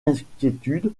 inquiétude